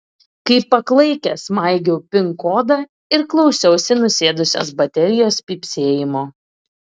kaip paklaikęs maigiau pin kodą ir klausiausi nusėdusios baterijos pypsėjimo